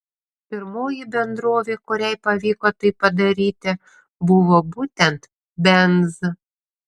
pirmoji bendrovė kuriai pavyko tai padaryti buvo būtent benz